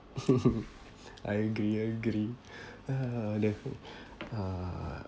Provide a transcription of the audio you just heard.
I agree I agree uh the uh